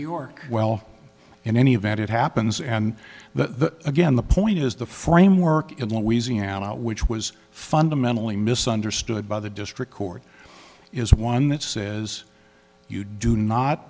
york well in any event it happens and that again the point is the framework in louisiana which was fundamentally misunderstood by the district court is one that says you do not